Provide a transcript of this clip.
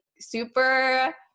super